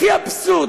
הכי אבסורד,